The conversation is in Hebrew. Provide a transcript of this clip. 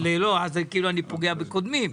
אבל אז אני כאילו פוגע בקודמים.